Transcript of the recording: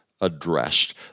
addressed